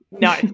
No